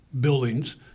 buildings